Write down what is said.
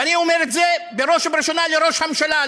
ואני אומר את זה בראש ובראשונה לראש הממשלה,